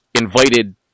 invited